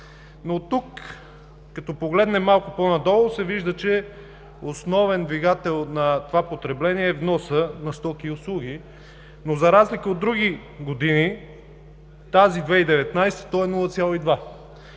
Но тук, като погледнем малко по-надолу, се вижда, че основен двигател на това потребление е вносът на стоки и услуги, но за разлика от други години, през 2019 г. той е 0,2.